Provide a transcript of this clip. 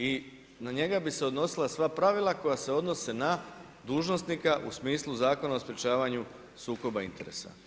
I na njega bi se odnosila sva pravila koja se odnose na dužnosnika u smislu Zakona o sprečavanju sukoba interesa.